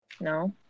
No